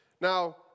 Now